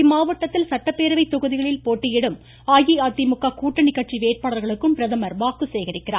இம்மாவட்டத்தில் சட்டப்பேரவை தொகுதிகளில் போட்டியிடும் அஇஅதிமுக கூட்டணி கட்சி வேட்பாளர்களுக்கும் பிரதமர் வாக்கு சேகரிக்கிறார்